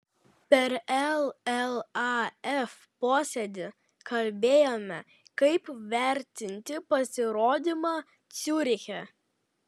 per llaf posėdį kalbėjome kaip vertinti pasirodymą ciuriche